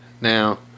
Now